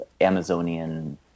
Amazonian